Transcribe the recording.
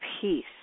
peace